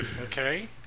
Okay